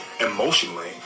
emotionally